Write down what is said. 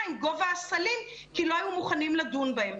עם גובה הסלים כי הם לא היו מוכנים לדון בהם.